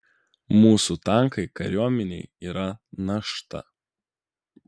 mūsų tankai kariuomenei yra našta